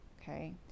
Okay